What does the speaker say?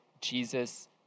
Jesus